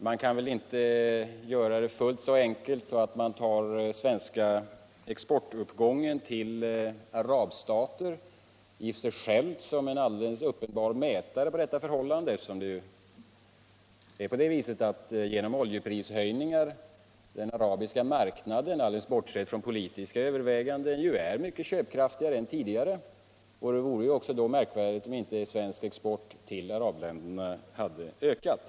Man kan väl inte göra det - Nr 22 fullt så enkelt, att man tar uppgången i den svenska exporten till arubstater Tisdagen den i sig själv som en alldeles uppenbar miitare när det gäller detta förhållande, 9 november 1976 eftersom den arabiska marknaden, bortsett från politiska överväganden, - genom oljeprishöjningar ju är mycket köpkraftigare än tidigare. Det vore . Om regeringens då också märkligt om inte svensk export till arabländerna hade ökat.